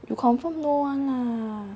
you confirm know [one] lah